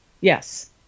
Yes